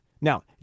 Now